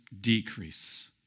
decrease